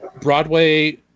Broadway